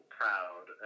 proud